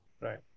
Right